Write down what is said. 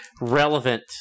relevant